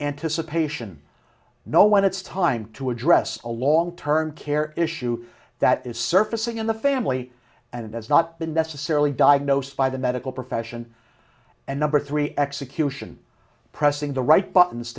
anticipation know when it's time to address a long term care issue that is surfacing in the family and it does not necessarily diagnose by the medical profession and number three execution pressing the right buttons